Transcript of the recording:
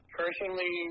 personally